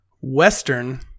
Western